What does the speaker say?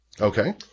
Okay